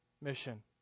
mission